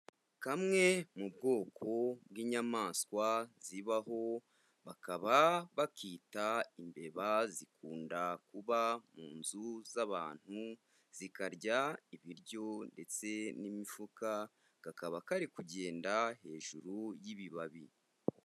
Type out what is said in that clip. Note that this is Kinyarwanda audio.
Kamwe mu bwoko bw'inyamaswa zibaho bakaba bakita imbeba, zikunda kuba mu nzu z'abantu zikarya ibiryo ndetse n'imifuka, kakaba kari kugenda hejuru y'ibibabi.